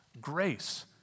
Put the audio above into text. grace